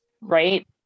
right